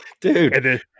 Dude